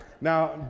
Now